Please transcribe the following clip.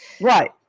Right